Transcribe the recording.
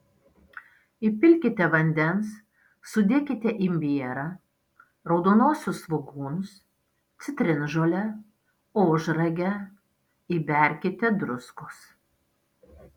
įpilkite vandens sudėkite imbierą raudonuosius svogūnus citrinžolę ožragę įberkite druskos